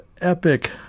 epic